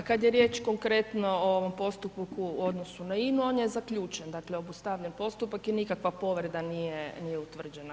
Pa kad je riječ konkretno o ovom postupku u odnosu na INA-u on je zaključen, dakle obustavljen postupak i nikakva povreda nije, nije utvrđena.